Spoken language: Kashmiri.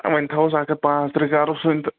وۄنۍ تھاوُس اکھ ہتھ پانٛژترٕٛہ کرُس وۄنۍ تہٕ